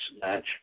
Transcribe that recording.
match